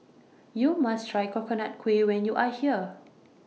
YOU must Try Coconut Kuih when YOU Are here